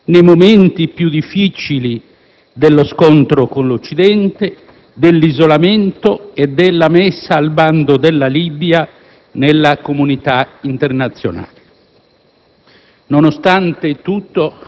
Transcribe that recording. neppure nei momenti più difficili dello scontro con l'Occidente, dell'isolamento e della messa al bando della Libia nella comunità internazionale.